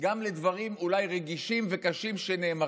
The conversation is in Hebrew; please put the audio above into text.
לדברים אולי רגישים וקשים שנאמרים.